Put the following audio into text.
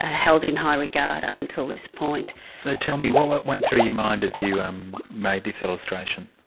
held in high regard up until this point. so tell me, what what went through your mind as you um made this illustration?